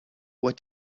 what